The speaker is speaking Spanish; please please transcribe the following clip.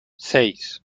seis